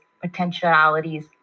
potentialities